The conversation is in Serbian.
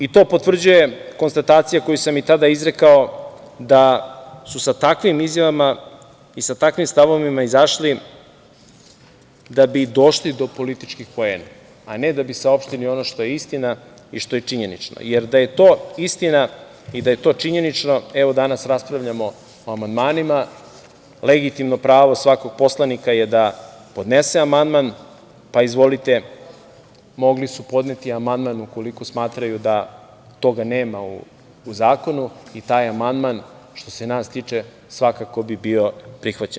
I to potvrđuje i konstatacija koju sam tada izrekao da su sa takvim izjavama i sa takvim stavovima izašli da bi došli do političkih poena, a ne da bi saopštili ono što je istina, i što je činjenično, jer da je to istina i da je to činjenično, evo danas raspravljamo o amandmanima, legitimno pravo svakog poslanika je da podnese amandman, pa izvolite mogli su podneti amandman ukoliko smatraju da toga nema u zakonu i taj amandman svakako bi bio prihvaćen.